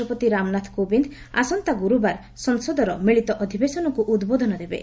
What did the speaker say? ରାଷ୍ଟ୍ରପତି ରାମନାଥ କୋବିନ୍ଦ ଆସନ୍ତା ଗୁରୁବାର ସଂସଦର ମିଳିତ ଅଧିବେଶନକୁ ଉଦ୍ବୋଧନ ଦେବେ